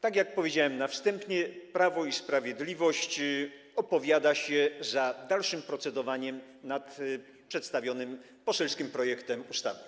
Tak jak powiedziałem na wstępie, Prawo i Sprawiedliwość opowiada się za dalszym procedowaniem nad przedstawionym poselskim projektem ustawy.